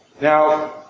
Now